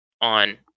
on